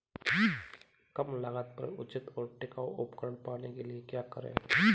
कम लागत पर उचित और टिकाऊ उपकरण पाने के लिए क्या करें?